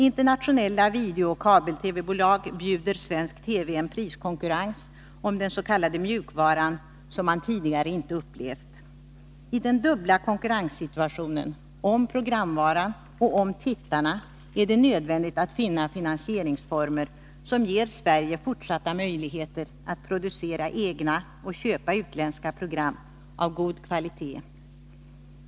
Internationella videooch kabel-TV-bolag bjuder svensk TV en priskonkurrens om den s.k. mjukvaran som man tidigare inte upplevt. I den dubbla konkurrenssituationen — om programvaran och om tittarna — är det nödvändigt att finna finansieringsformer som ger Sverige fortsatta möjligheter att producera egna program och köpa utländska av god kvalitet.